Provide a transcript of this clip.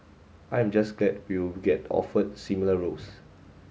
I am just glad we will get offered similar roles